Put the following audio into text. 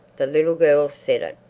the little girls said it.